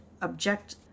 object